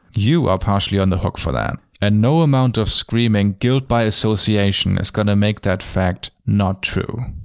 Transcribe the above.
you are partially on the hook for that. and no amount of screaming guilt by association is gonna make that fact not true.